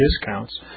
discounts